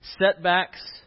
setbacks